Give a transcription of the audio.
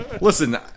Listen